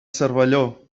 cervelló